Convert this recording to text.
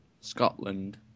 Scotland